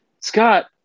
Scott